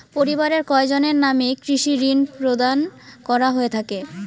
পরিবারের কয়জনের নামে কৃষি ঋণ প্রদান করা হয়ে থাকে?